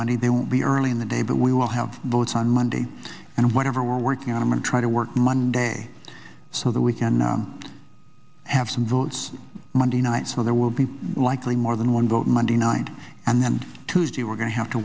monday they will be early in the day but we will have votes on monday and whatever we're working on him and try to work monday so that we can have some votes monday night so there will be likely more than one vote monday night and tuesday we're going to have to